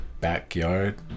backyard